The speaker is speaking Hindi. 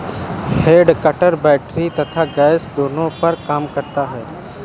हेड कटर बैटरी तथा गैस दोनों पर काम करता है